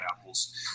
apples